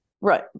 Right